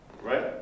right